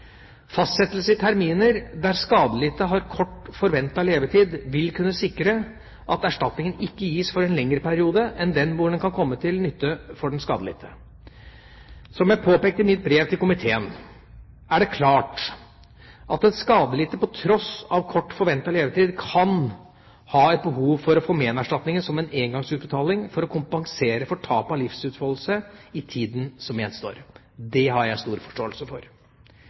Fastsettelse i terminer der skadelidte har kort forventet levetid, vil kunne sikre at erstatningen ikke gis for en lengre periode enn den hvor den kan komme til nytte for den skadelidte. Som jeg har påpekt i mitt brev til komiteen, er det klart at den skadelidte, på tross av kort forventet levetid, kan ha et behov for å få menerstatningen som en engangsutbetaling for å kompensere for tapet av livsutfoldelse i tida som gjenstår. Det har jeg stor forståelse for.